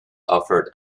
offered